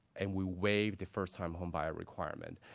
and we waived the first-time home buyer requirement.